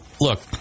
Look